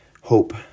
hope